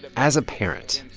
as a parent,